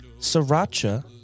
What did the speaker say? sriracha